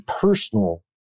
personal